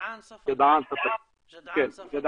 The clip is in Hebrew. מוגנות שיתעסק בדבר הזה בצורה המרכזית.